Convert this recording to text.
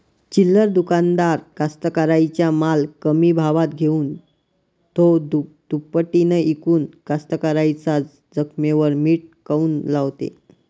चिल्लर दुकानदार कास्तकाराइच्या माल कमी भावात घेऊन थो दुपटीनं इकून कास्तकाराइच्या जखमेवर मीठ काऊन लावते?